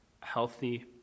healthy